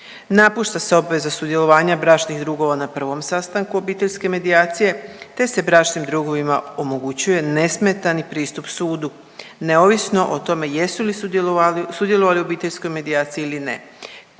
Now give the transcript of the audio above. Napušta se obveza sudjelovanja bračnih drugova na prvom sastanku obiteljske medijacije, te se bračnim drugovima omogućuje nesmetani pristup sudu neovisno o tome jesu li sudjelovali u obiteljskoj medijaciji ili ne.